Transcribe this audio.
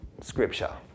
Scripture